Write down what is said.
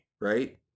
right